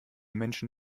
menschen